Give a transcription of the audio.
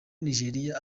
nigeria